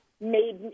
Made